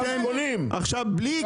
את חוזרת על הדברים של קריב.